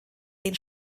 den